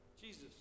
Jesus